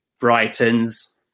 Brighton's